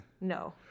No